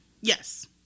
yes